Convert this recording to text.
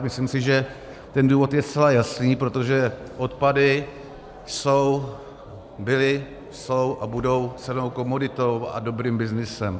Myslím si, že důvod je zcela jasný: protože odpady byly, jsou a budou cennou komoditou a dobrým byznysem.